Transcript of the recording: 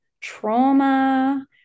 trauma